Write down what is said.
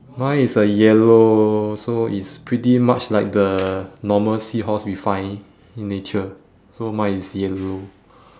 mine is a yellow so it's pretty much like the normal seahorse we find in nature so mine is yellow